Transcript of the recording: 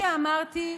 אפליה נגד ערבים, קרעי.